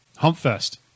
HumpFest